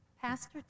Pastor